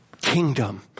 kingdom